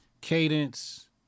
Cadence